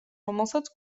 რომელსაც